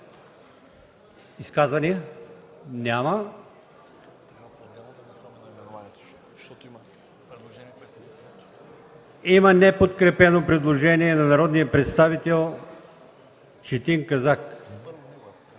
нов § 13? Няма. Има неподкрепено предложение на народния представител Четин Казак.